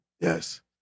Yes